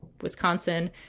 Wisconsin